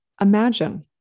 imagine